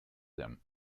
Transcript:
them